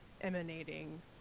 emanating